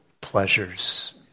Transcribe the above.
pleasures